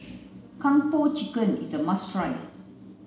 kung po chicken is a must try